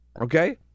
okay